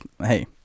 hey